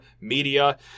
media